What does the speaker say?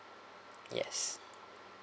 yes